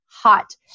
hot